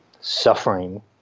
suffering